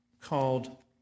called